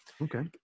Okay